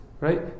right